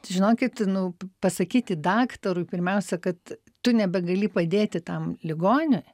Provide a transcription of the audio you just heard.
žinokit nu pasakyti daktarui pirmiausia kad tu nebegali padėti tam ligoniui